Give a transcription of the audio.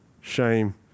shame